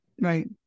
Right